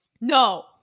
no